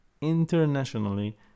internationally